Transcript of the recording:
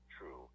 true